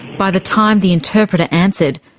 by the time the interpreter answered,